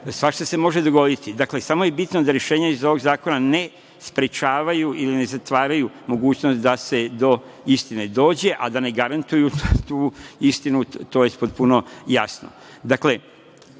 Svašta se može dogoditi. Dakle, samo je bitno da rešenja iz ovog zakona ne sprečavaju ili ne zatvaraju mogućnost da se do istine dođe, a da ne garantuju tu istinu to je već potpuno jasno. Dakle,